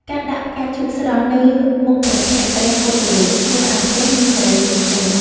ការដាក់ផ្កាឈូកស្រស់នៅមុខព្រះភ័ក្ត្រព្រះពុទ្ធរូប ធ្វើឱ្យផ្ទះមានសិរីសួស្តី។